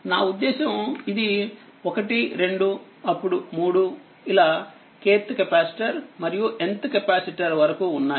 నాఉద్దేశ్యం ఇది12అప్పుడు3 ఇలా kthకెపాసిటర్మరియు nth కెపాసిటర్ వరకు ఉన్నాయి